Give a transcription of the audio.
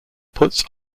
puts